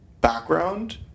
Background